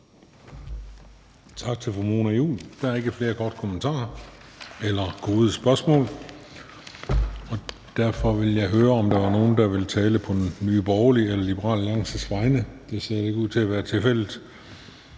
Tak til fru Mona Juul. Der er ikke flere korte bemærkninger eller gode spørgsmål. Og derfor vil jeg høre, om der er nogle, der vil tale på Nye Borgerlige eller Liberal Alliances vegne. Det ser ikke ud til at være tilfældet;